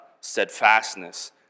steadfastness